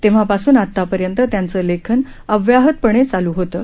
तेव्हापासून आतापर्यंत त्यांचं लेखन अव्याहतपणे चालू होतं